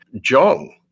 John